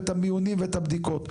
את המיונים ואת הבדיקות,